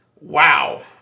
Wow